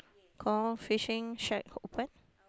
call fishing shack open